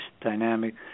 dynamic